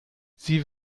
sie